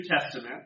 Testament